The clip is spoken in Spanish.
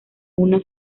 una